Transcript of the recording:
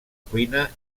cuina